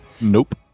Nope